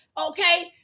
okay